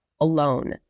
alone